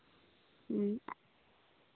ᱦᱮᱸ